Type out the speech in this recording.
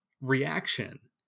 reaction